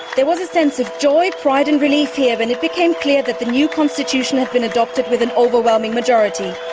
there was a sense of joy, pride and relief here when it became clear that the new constitution had been adopted with an overwhelming majority.